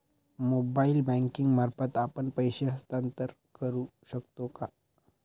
Mobile banking मार्फत आपण पैसे हस्तांतरण करू शकतो का?